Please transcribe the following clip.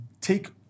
take